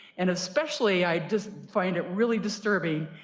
and especially, i find it really disturbing,